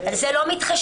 על זה לא מתחשבים.